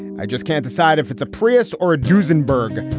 i just can't decide if it's a prius or a duesenberg.